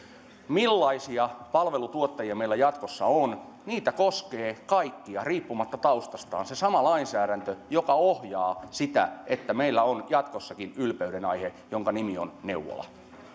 millaisia palveluntuottajia meillä jatkossa onkin niitä koskee kaikkia riippumatta taustastaan se sama lainsäädäntö joka ohjaa sitä että meillä on jatkossakin ylpeydenaihe jonka nimi on neuvola